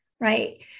right